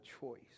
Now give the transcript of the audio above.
choice